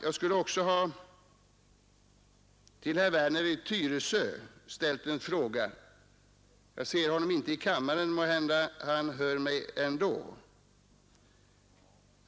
Jag skulle också vilja ställa en fråga till herr Werner i Tyresö. Jag ser honom inte i kammaren, men måhända hör han mig ändå.